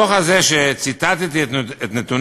הדוח הזה, שציטטתי את נתוניו,